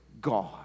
God